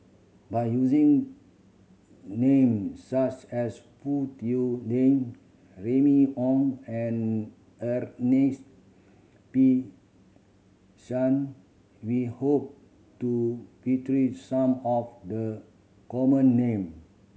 by using name such as Foo Tui Lian Remy Ong and Ernest P Shank we hope to some of the common name